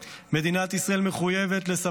מדינת ישראל מחויבת להגשמת הערכים שעליהם לחמתם.